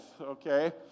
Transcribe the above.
Okay